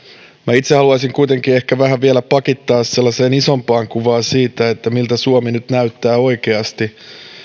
minä itse haluaisin kuitenkin ehkä vähän vielä pakittaa sellaiseen isompaan kuvaan siitä miltä suomi nyt näyttää oikeasti